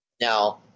Now